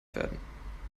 werden